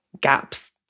gaps